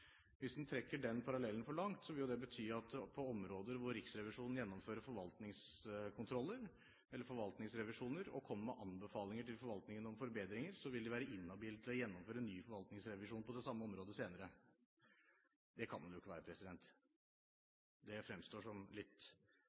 Hvis en trekker den parallellen for langt, vil det bety at på områder hvor Riksrevisjonen gjennomfører forvaltningskontroller eller forvaltningsrevisjoner og kommer med anbefalinger til forvaltningen om forbedringer, vil de være inhabil med hensyn til å gjennomføre en ny forvaltningsrevisjon på det samme området senere. Det kan det jo ikke være, det fremstår som en litt